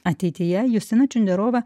ateityje justina čia gerovę